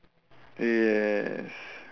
yes